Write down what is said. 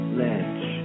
ledge